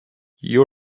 you